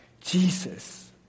Jesus